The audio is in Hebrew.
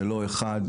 ולא אחד,